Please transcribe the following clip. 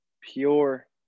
pure